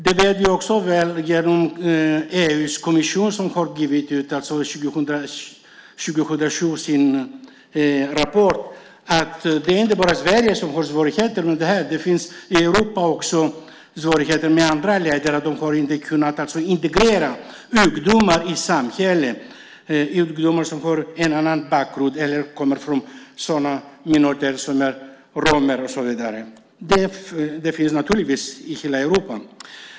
Det vet vi också väl genom EU-kommissionen, som 2007 lämnade sin rapport. Det är inte bara Sverige som har svårigheter med det här. Också i Europa finns det svårigheter med andra grupper. Man har inte kunnat integrera ungdomar som har en annan bakgrund eller kommer från minoriteter som till exempel romerna i samhället. Detta förekommer naturligtvis i hela Europa.